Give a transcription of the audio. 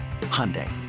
Hyundai